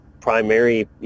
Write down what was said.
primary